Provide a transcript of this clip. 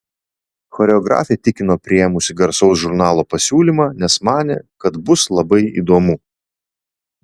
choreografė tikino priėmusi garsaus žurnalo pasiūlymą nes manė kad bus labai įdomu